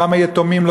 כמה יתומים,